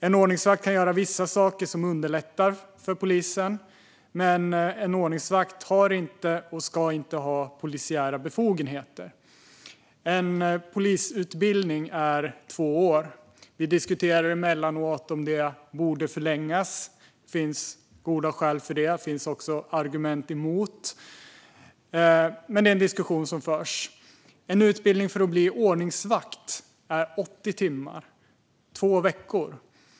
En ordningsvakt kan göra vissa saker som underlättar för polisen, men en ordningsvakt har inte och ska inte ha polisiära befogenheter. En polisutbildning är två år. Vi diskuterar emellanåt att den borde förlängas. Det finns goda skäl för det. Men det finns också argument emot. Det är en diskussion som förs. Men utbildningen för att bli ordningsvakt är 80 timmar, alltså två veckor.